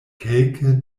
kelke